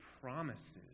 promises